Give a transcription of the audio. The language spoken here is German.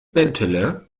bentele